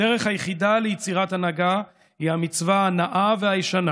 הדרך היחידה ליצירת הנהגה היא המצווה הנאה והישנה